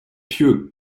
pieux